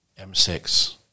M6